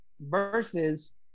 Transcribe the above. versus –